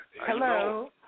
Hello